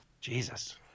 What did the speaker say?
Jesus